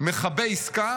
מכבה עסקה